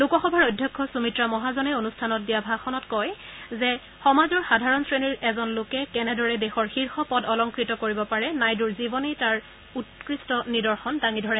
লোকসভাৰ অধ্যক্ষ সুমিত্ৰা মহাজনে অনুষ্ঠানত দিয়া ভাষণত কয় যে সমাজৰ সাধাৰণ শ্ৰেণীৰ এজন লোকে কেনেদৰে দেশৰ শীৰ্ষ পদ অলংকৃত কৰিব পাৰে নাইডূৰ জীৱনে তাৰে দৃষ্টান্ত দাঙি ধৰে